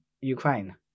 Ukraine